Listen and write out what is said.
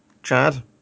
Chad